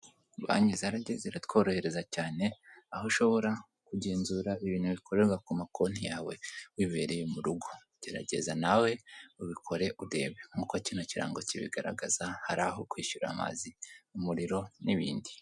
Banki zaragiye ziratworohereza cyane, aho ushobora kugenzura ibintu bikorerwa ku makonti yawe wibereye mu rugo, gerageza nawe ubikore udebe, nk'uko kino kirango kibigaragaza hari aho kwishyura amazi, umuriro n'ibindi.